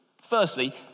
firstly